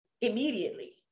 immediately